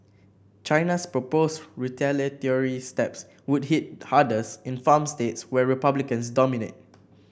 China's proposed retaliatory steps would hit hardest in farm states where republicans dominate